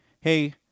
hey